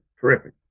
Terrific